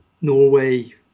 Norway